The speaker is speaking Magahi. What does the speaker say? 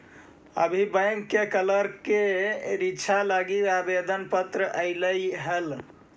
अभी बैंक के क्लर्क के रीक्षा लागी आवेदन पत्र आएलई हल